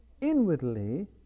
inwardly